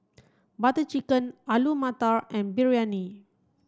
Butter Chicken Alu Matar and Biryani